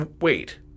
Wait